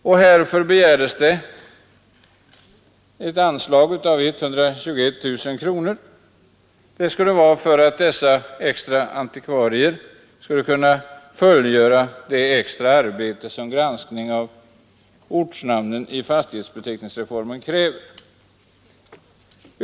Motionärerna begärde härför ett anslag på 121 000 kronor, så att dessa extra antikvarier skulle kunna fullgöra det extra arbete som granskningen av ortnamnen i fastighetsbeteckningsreformen kräver.